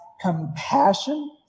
compassion